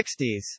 1960s